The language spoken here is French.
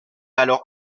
alors